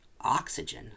oxygen